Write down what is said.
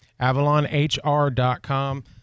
avalonhr.com